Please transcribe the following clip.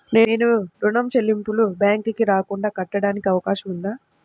నేను ఋణం చెల్లింపులు బ్యాంకుకి రాకుండా కట్టడానికి అవకాశం ఉందా?